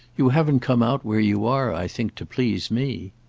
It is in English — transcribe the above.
you haven't come out where you are, i think, to please me.